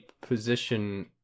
position